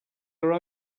are